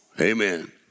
Amen